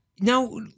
now